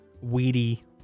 weedy